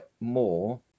more